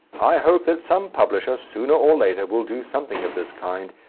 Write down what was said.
i hope that some publisher, sooner or later, will do something of this kind,